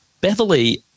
Beverly